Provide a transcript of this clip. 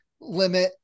limit